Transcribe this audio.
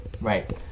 Right